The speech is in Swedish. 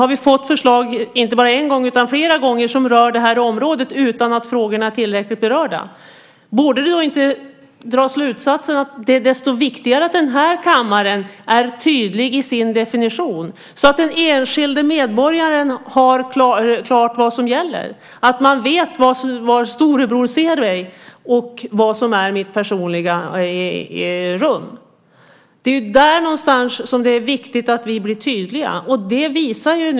Man kan fråga: Har vi flera gånger fått förslag som berör detta område utan att frågorna är tillräckligt utredda? Borde man inte dra slutsatsen att det är desto viktigare att vi är tydliga i vår definition, så att den enskilde medborgaren får klart för sig vad som gäller? Du ska kunna veta var storebror ser dig och vad som är ditt personliga rum. Det är viktigt att vi är tydliga.